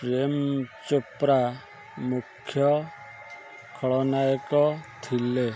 ପ୍ରେମ ଚୋପ୍ରା ମୁଖ୍ୟ ଖଳନାୟକ ଥିଲେ